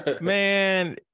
man